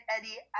Eddie